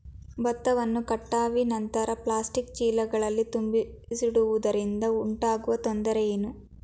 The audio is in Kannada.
ಭತ್ತವನ್ನು ಕಟಾವಿನ ನಂತರ ಪ್ಲಾಸ್ಟಿಕ್ ಚೀಲಗಳಲ್ಲಿ ತುಂಬಿಸಿಡುವುದರಿಂದ ಉಂಟಾಗುವ ತೊಂದರೆ ಏನು?